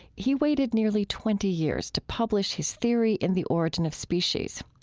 he waited nearly twenty years to publish his theory in the origin of species.